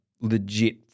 legit